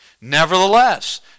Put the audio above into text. Nevertheless